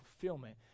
fulfillment